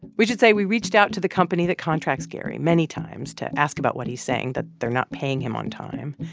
we should say we reached out to the company that contracts gary many times to ask about what he's saying, that they're not paying him on time,